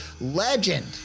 legend